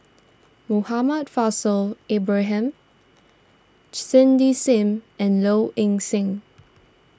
Muhammad Faishal Ibrahim Cindy Sim and Low Ing Sing